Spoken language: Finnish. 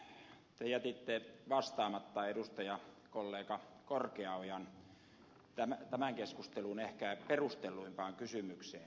ministeri lehtomäki te jätitte vastaamatta edustajakollega korkeaojan tämän keskustelun ehkä perustelluimpaan kysymykseen